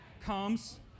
comes